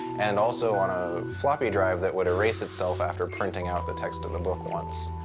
and also on a floppy drive that would erase itself after printing out the text of the book once.